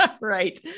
Right